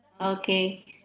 Okay